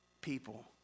people